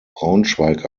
braunschweig